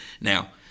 Now